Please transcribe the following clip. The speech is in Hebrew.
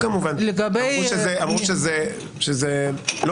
הוא כמובן יוכל להתייחס - אמרו שזה לא